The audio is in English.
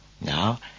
Now